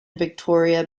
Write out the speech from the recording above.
victoria